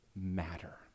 matter